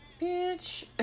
bitch